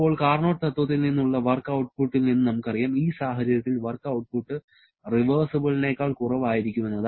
ഇപ്പോൾ കാർനോട്ട് തത്വത്തിൽ നിന്നുള്ള വർക്ക് ഔട്ട്പുട്ടിൽ നിന്നും നമുക്കറിയാം ഈ സാഹചര്യത്തിൽ വർക്ക് ഔട്ട്പുട്ട് റിവേഴ്സിബിളിനെക്കാൾ കുറവായിരിക്കുമെന്ന്